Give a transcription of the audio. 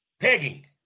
Pegging